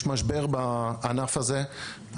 יש משבר בענף הזה.